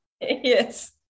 Yes